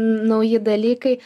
nauji dalykai